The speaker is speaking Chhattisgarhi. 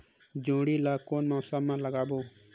जोणी ला कोन मौसम मा लगाबो?